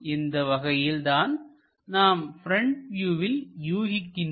இந்த வகையில் தான் நாம் ப்ரெண்ட் வியூவில் யூகிக்கின்றோம்